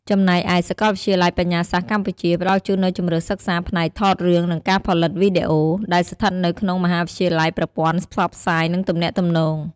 ចំណែកឯ សាកលវិទ្យាល័យបញ្ញាសាស្ត្រកម្ពុជា ផ្តល់ជូននូវជម្រើសសិក្សាផ្នែក "ថតរឿង និងការផលិតវីដេអូ" ដែលស្ថិតនៅក្នុងមហាវិទ្យាល័យប្រព័ន្ធផ្សព្វផ្សាយ និងទំនាក់ទំនង។